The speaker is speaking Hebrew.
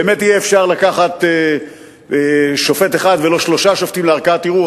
באמת אי-אפשר לקחת שופט אחד ולא שלושה שופטים לערכאת ערעור.